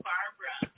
Barbara